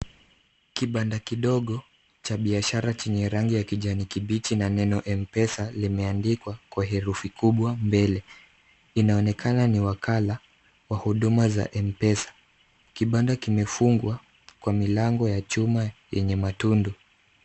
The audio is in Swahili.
Kibanda kidogo cha biashara chenye rangi ya kijani kibichi na neno M-Pesa limeandikwa kwa herufi kubwa mbele ,inaonekana ni wakala wa huduma za M-Pesa kibanda kimefungwa kwa milango ya chuma yenye matundu .